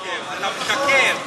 זה שקר.